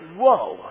whoa